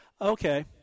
Okay